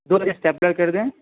دو stapler کر دیں